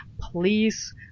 please